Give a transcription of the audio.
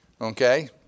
okay